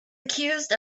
accused